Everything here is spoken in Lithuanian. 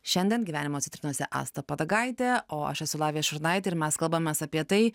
šiandien gyvenimo citrinose asta padagaitė o aš esu lavija šurnaitė ir mes kalbamės apie tai